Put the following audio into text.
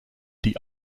die